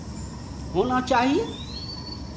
होना चाहिए